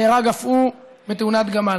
נהרג אף הוא בתאונת גמל,